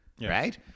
right